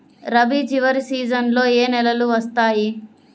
రబీ చివరి సీజన్లో ఏ నెలలు వస్తాయి?